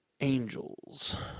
Angels